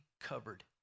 covered